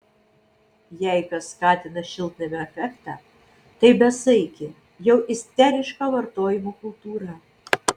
jei kas skatina šiltnamio efektą tai besaikė jau isteriška vartojimo kultūra